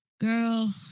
Girl